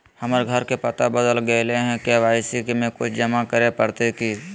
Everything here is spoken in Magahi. हमर घर के पता बदल गेलई हई, के.वाई.सी में कुछ जमा करे पड़तई की?